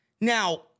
Now